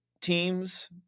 teams